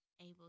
able